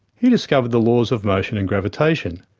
he discovered the laws of motion and gravitation,